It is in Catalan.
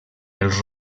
els